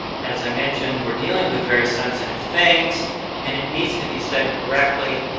as i mentioned, we are dealing with very sensitive things and it needs to be set correctly.